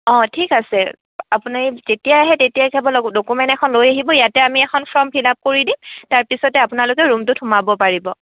অঁ ঠিক আছে আপুনি যেতিয়াই আহে তেতিয়াই কেৱল ডকুমেন্ট এখন লৈ আহিব ইয়াতে আমি এখন ফৰ্ম ফিলআপ কৰি দিম তাৰ পিছতে আপোনালোকে ৰুমটোত সোমাব পাৰিব